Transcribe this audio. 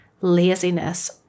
laziness